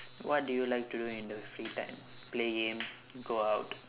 what do you like to do in the free time play game go out